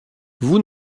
vous